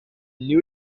new